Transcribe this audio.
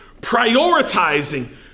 Prioritizing